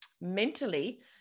mentally